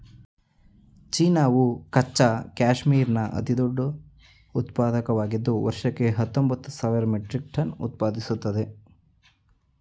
ಚೀನಾವು ಕಚ್ಚಾ ಕ್ಯಾಶ್ಮೀರ್ನ ಅತಿದೊಡ್ಡ ಉತ್ಪಾದಕವಾಗಿದ್ದು ವರ್ಷಕ್ಕೆ ಹತ್ತೊಂಬತ್ತು ಸಾವಿರ ಮೆಟ್ರಿಕ್ ಟನ್ ಉತ್ಪಾದಿಸ್ತದೆ